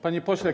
Panie Pośle!